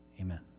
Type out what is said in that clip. amen